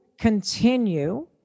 continue